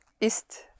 Ist